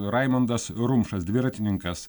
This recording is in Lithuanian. raimondas rumšas dviratininkas